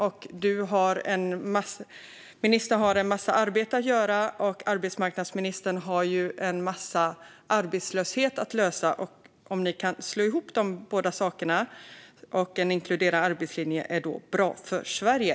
Infrastrukturministern har en massa arbete att göra, och arbetsmarknadsministern har en massa arbetslöshet att lösa. Jag undrar om ni kan slå ihop de två sakerna. Att då inkludera arbetslinjen är bra för Sverige.